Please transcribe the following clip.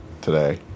today